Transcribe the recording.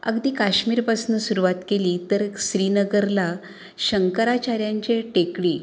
अगदी काश्मीरपासनं सुरुवात केली तर श्रीनगरला शंकराचार्यांचे टेकडी